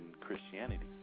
Christianity